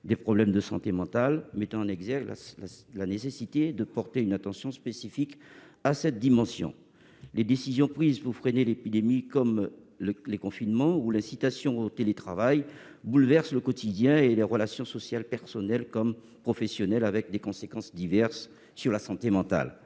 des problèmes de santé mentale, mettant en exergue la nécessité de porter une attention spécifique à cette dimension. Les décisions prises pour freiner l'épidémie comme les confinements ou l'incitation au télétravail bouleversent le quotidien et les relations sociales personnelles comme professionnelles, avec des conséquences diverses sur la santé mentale.